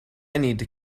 needed